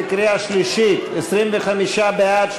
בקריאה שלישית: 25 בעד,